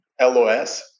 LOS